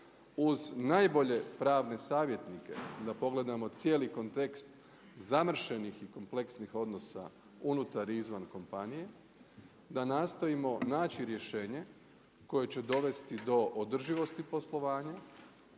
uz najbolje pravne savjetnike, da pogledamo cijeli kontekst, zamršenih i kompleksnih odnosa unutar i izvan kompanije, da nastojimo naći rješenje koje će dovesti do održivosti poslovanja